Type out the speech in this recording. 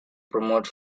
promote